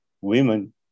women